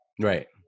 Right